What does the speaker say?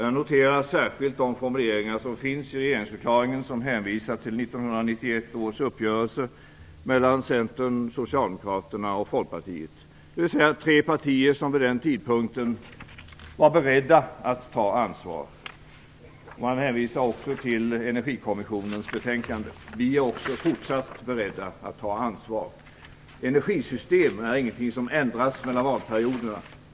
Jag noterar särskilt de formuleringar som finns i regeringsförklaringen som hänvisar till 1991 års uppgörelse mellan Centern, Socialdemokraterna och Folkpartiet, dvs. tre partier som vid den tidpunkten var beredda att ta ansvar. Man hänvisar också till Energikommissionens betänkande. Vi är också fortsatt beredda att ta ansvar. Energisystem är ingenting som ändras mellan valperioderna.